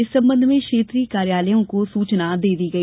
इस संबंध में क्षेत्रीय कार्यालयों को सूचना दे दी गई